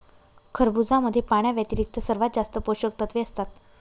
खरबुजामध्ये पाण्याव्यतिरिक्त सर्वात जास्त पोषकतत्वे असतात